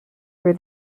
were